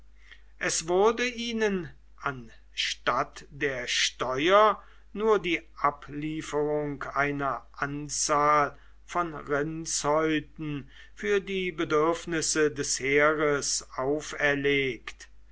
es wurde ihnen anstatt der steuer nur die ablieferung einer anzahl von rindshäuten für die bedürfnisse des heeres auferlegt